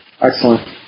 Excellent